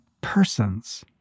persons